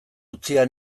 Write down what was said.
utzia